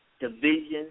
Division